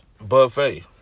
buffet